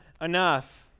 enough